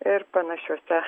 ir panašiuose